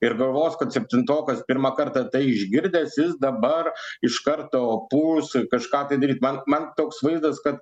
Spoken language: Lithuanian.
ir galvos kad septintokas pirmą kartą tai išgirdęs jis dabar iš karto puls kažką tai daryt man man toks vaizdas kad